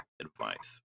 advice